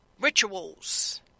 Rituals